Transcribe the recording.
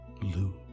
Blue